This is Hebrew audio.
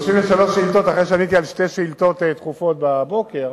אחרי שעניתי על שתי שאילתות דחופות בבוקר,